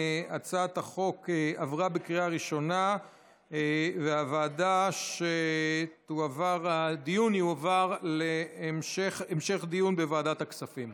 הצעת החוק עברה בקריאה ראשונה והיא תועבר להמשך דיון בוועדת הכספים.